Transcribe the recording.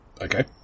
Okay